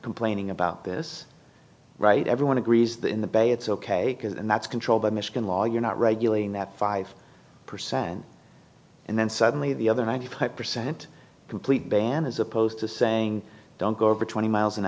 complaining about this right everyone agrees that in the bay it's ok because and that's controlled by michigan law you're not regulating that five percent and then suddenly the other ninety five percent complete ban as opposed to saying don't go over twenty miles an